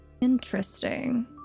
Interesting